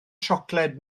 siocled